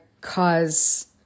cause